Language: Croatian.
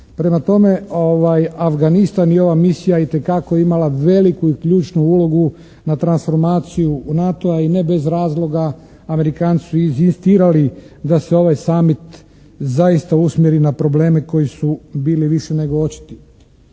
Prema tome, Afganistan i ova misija je itekako imala veliku i ključnu ulogu na transformaciju NATO-a i ne bez razloga Amerikanci su inzistirali da se ovaj summit zaista usmjeri na probleme koji su bili i više nego očiti.